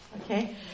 Okay